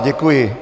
Děkuji.